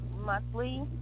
monthly